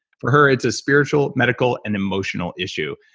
for her it's a spiritual, medical, and emotional issue.